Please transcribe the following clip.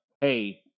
hey